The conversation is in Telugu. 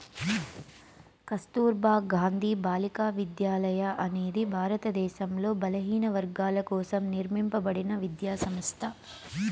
కస్తుర్బా గాంధీ బాలికా విద్యాలయ అనేది భారతదేశంలో బలహీనవర్గాల కోసం నిర్మింపబడిన విద్యా సంస్థ